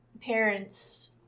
parents